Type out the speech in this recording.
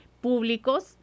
públicos